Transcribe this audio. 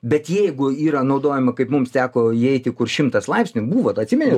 bet jeigu yra naudojama kaip mums teko įeiti kur šimtas laipsnių buvot atsimeni